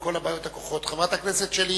וכל הבעיות הכרוכות בזה.